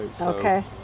Okay